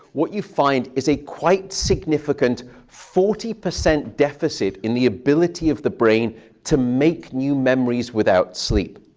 what you find is a quite significant forty percent deficit in the ability of the brain to make new memories without sleep.